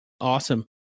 Awesome